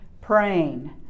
praying